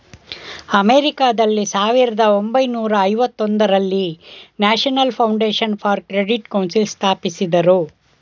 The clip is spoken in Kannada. ಅಮೆರಿಕಾದಲ್ಲಿ ಸಾವಿರದ ಒಂಬೈನೂರ ಐವತೊಂದರಲ್ಲಿ national foundation for credit council ಸ್ಥಾಪಿಸಿದರು